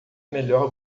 melhor